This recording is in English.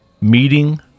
meeting